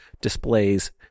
displays